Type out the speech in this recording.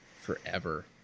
forever